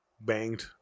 Banged